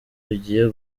bagiye